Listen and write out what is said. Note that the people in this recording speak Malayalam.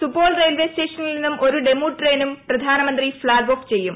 സുപോൾ റെയിൽവേ സ്റ്റേഷനിൽ നിന്നും ഒരു ഡെമു ട്രെയിനും പ്രധാനമന്ത്രി ഫ്ളാശ്ച് ഓഫ് ചെയ്യും